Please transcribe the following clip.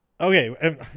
Okay